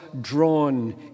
drawn